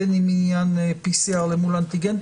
בין אם עניין PCR אל מול אנטיגן.